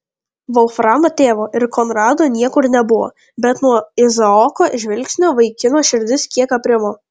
volframo tėvo ir konrado niekur nebuvo bet nuo izaoko žvilgsnio vaikino širdis kiek aprimo